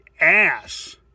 ass